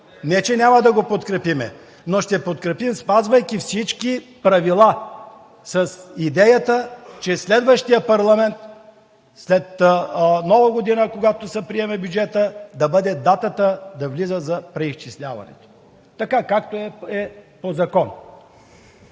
не че няма да го подкрепим, но ще подкрепим, спазвайки всички правила, с идеята следващият парламент след Нова година, когато се приеме бюджетът, да бъде датата да влиза за преизчисляването, така както е по закон.